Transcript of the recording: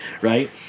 right